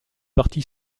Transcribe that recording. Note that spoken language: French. parti